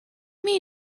mean